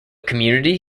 community